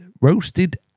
roasted